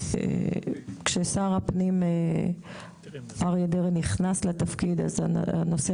כששר הפנים אריה דרעי נכנס לתפקיד הנושא